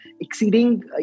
exceeding